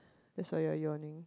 that's why you are yawning